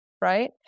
Right